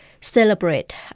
celebrate